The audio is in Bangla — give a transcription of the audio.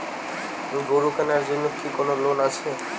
গরু কেনার জন্য কি কোন লোন আছে?